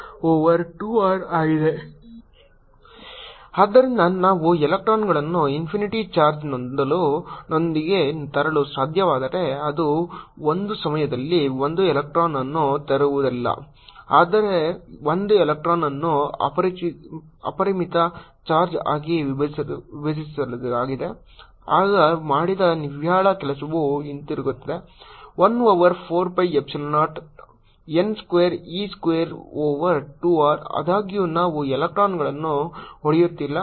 Total work donen0N 114π0ne2R14π0N2R V dq14π00QqRdq14π0Q22R ಆದ್ದರಿಂದ ನಾನು ಎಲೆಕ್ಟ್ರಾನ್ಗಳನ್ನು ಇನ್ಫಿನಿಟಿ ಚಾರ್ಜ್ನೊಂದಿಗೆ ತರಲು ಸಾಧ್ಯವಾದರೆ ಅದು ಒಂದು ಸಮಯದಲ್ಲಿ 1 ಎಲೆಕ್ಟ್ರಾನ್ ಅನ್ನು ತರುವುದಿಲ್ಲ ಆದರೆ ಆ ಎಲೆಕ್ಟ್ರಾನ್ ಅನ್ನು ಅಪರಿಮಿತ ಚಾರ್ಜ್ ಆಗಿ ವಿಭಜಿಸುತ್ತದೆ ಆಗ ಮಾಡಿದ ನಿವ್ವಳ ಕೆಲಸವು ಹೀಗಿರುತ್ತದೆ 1 over 4 pi epsilon 0 n square e square over 2 r ಆದಾಗ್ಯೂ ನಾವು ಎಲೆಕ್ಟ್ರಾನ್ಗಳನ್ನು ಒಡೆಯುತ್ತಿಲ್ಲ